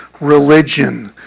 religion